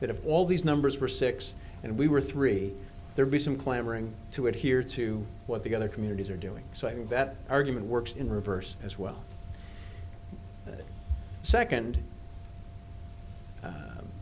that if all these numbers were six and we were three there be some clamoring to adhere to what the other communities are doing so i think that argument works in reverse as well second